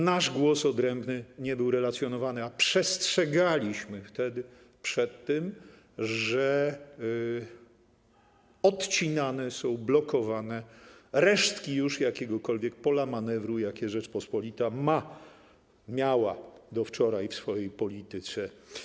Nasz głos odrębny nie był relacjonowany, a przestrzegaliśmy wtedy, że odcinane są, blokowane resztki jakiegokolwiek pola manewru, jakie Rzeczpospolita ma, miała do wczoraj w swojej polityce.